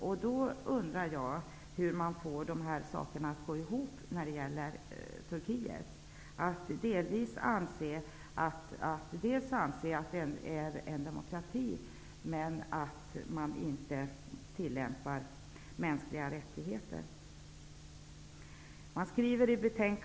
Jag undrar då hur man får det att gå ihop när det gäller Turkiet. Man anser som sagt dels att Turkiet är en demokrati, dels att Turkiet inte tillämpar mänskliga rättigheter.